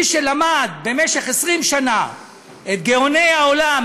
מי שלמד במשך 20 שנה את גאוני העולם,